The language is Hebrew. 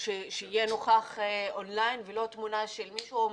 שיהיה נוכח און-ליין ולא תמונה של מישהו?